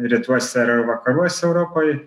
rytuose ir vakaruose europoj